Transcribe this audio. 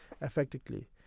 effectively